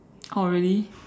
oh really